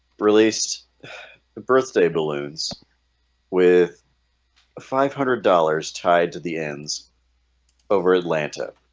released the birthday balloons with a five hundred dollars tied to the ends over, atlanta